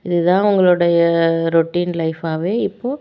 இது தான் அவங்களுடைய ரொட்டின் லைஃப்பாகவே இப்போது